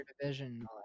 division